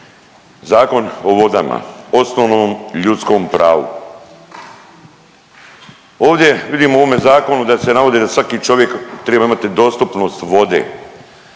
Zakon o vodama, osnovnom ljudskom pravu. Ovdje vidimo u ovome zakonu da se navodi da svaki čovjek triba imati dostupnost vode,